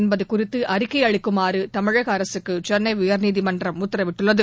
என்பது குறித்து அறிக்கை அளிக்குமாறு தமிழக அரசுக்கு சென்னை உயர்நீதிமன்றம் உத்தரவிட்டுள்ளது